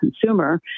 consumer